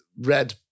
red